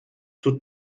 tut